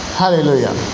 hallelujah